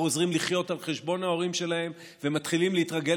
חוזרים לחיות על חשבון ההורים שלהם ומתחילים להתרגל